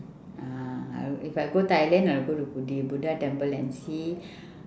ah I would if I go thailand I will go to budd~ buddha temple and see